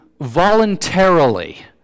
voluntarily